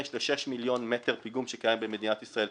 ל-6 מיליון מטר פיגום שקיים במדינת ישראל.